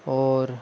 और